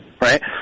Right